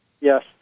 Yes